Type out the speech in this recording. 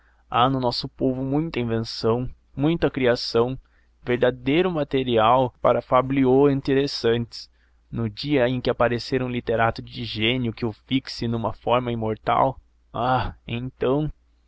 há no nosso povo muita intenção muita criação verdadeiro material para fabliaux interessantes no dia em que aparecer um literato de gênio que o fixe numa forma imortal ah então